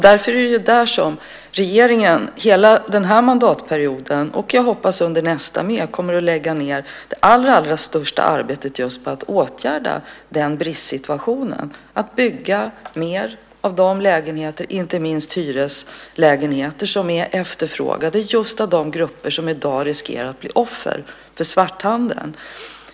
Det är därför regeringen hela den här mandatperioden, och jag hoppas under nästa med, kommer att lägga ned det allra största arbetet just på att åtgärda den bristsituationen, att bygga mer av de lägenheter, inte minst hyreslägenheter, som är efterfrågade just av de grupper som i dag riskerar att bli offer för svarthandeln.